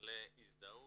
מגלה הזדהות,